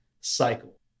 cycle